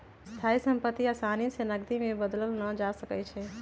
स्थाइ सम्पति असानी से नकदी में बदलल न जा सकइ छै